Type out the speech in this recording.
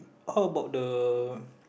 how about the